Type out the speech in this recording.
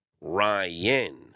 Ryan